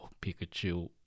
Pikachu